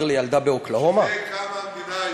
דווקא לא.